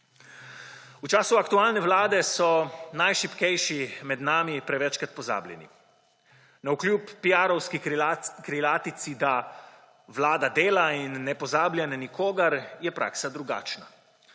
V času aktualne vlade so najšibkejši med nami prevečkrat pozabljeni. Navkljub piarovski krilatici, da Vlada dela in ne pozablja na nikogar, je praksa drugačna.